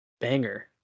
Banger